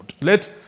Let